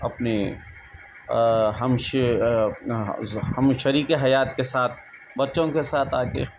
اپنی ہم شریک حیات کے ساتھ بچوں کے ساتھ آ کے